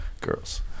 Girls